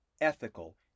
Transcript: ethical